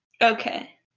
Okay